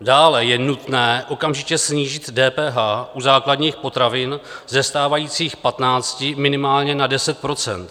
Dále je nutné okamžitě snížit DPH u základních potravin ze stávajících 15 minimálně na 10 %.